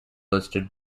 listed